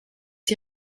die